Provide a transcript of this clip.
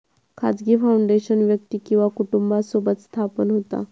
खाजगी फाउंडेशन व्यक्ती किंवा कुटुंबासोबत स्थापन होता